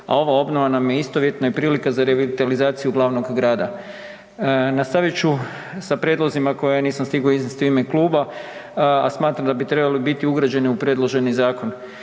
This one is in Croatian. a ova obnova nam je istovjetna i prilika za revitalizaciju glavnog grada. Nastavit ću sa prijedlozima koje nisam stigao iznesti u ime kluba, a smatram da bi trebali biti ugrađeni u predloženi zakon.